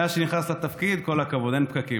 מאז שנכנסת לתפקיד, כל הכבוד: אין פקקים.